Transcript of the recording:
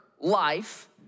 life